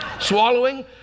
swallowing